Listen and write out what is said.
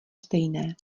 stejné